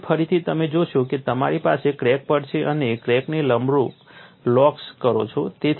અને અહીં ફરીથી તમે જોશો કે તમારી પાસે ક્રેક પડશે અને તમે ક્રેકને લંબરૂપ લોક્સ કરો છો